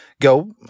go